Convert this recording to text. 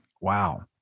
Wow